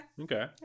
Okay